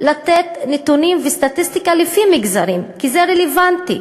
לתת נתונים וסטטיסטיקה לפי מגזרים, וזה רלוונטי.